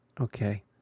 okay